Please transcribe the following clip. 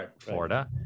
Florida